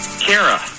Kara